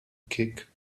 kick